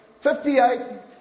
58